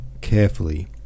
carefully